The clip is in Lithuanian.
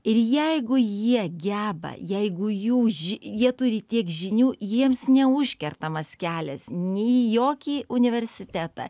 ir jeigu jie geba jeigu jų ži jie turi tiek žinių jiems neužkertamas kelias nei į jokį universitetą